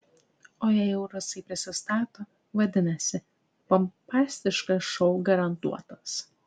o jei jau rusai prisistato vadinasi pompastiškas šou garantuotas